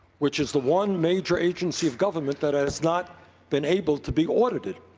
which is the one major agency of government that has not been able to be audited.